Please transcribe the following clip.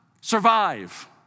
survive